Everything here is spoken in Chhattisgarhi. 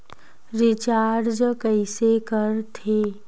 रिचार्ज कइसे कर थे?